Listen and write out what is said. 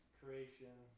creation